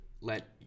let